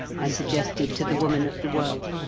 i suggested to the woman of the world,